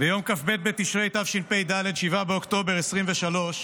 ביום כ"ב בתשרי תשפ"ד, 7 באוקטובר 2023,